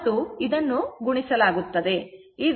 ಮತ್ತು ಇದನ್ನು ಗುಣಿಸಲಾಗುತ್ತದೆ